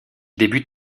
débute